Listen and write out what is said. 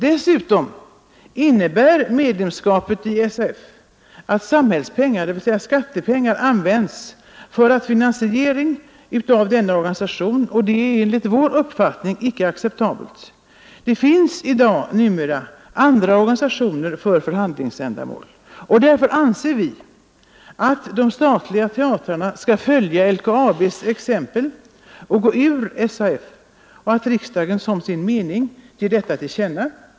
Dessutom innebär medlemskapet i SAF att samhällspengar, dvs. skattepengar, används för en finansiering av organisationen, och detta är enligt vår uppfattning icke acceptabelt. Det finns numera andra organisationer för förhandlingsändamål. Därför anser vi att de statliga teatrarna skall följa LKAB:s exempel och gå ur SAF och att riksdagen som sin mening ger detta till känna.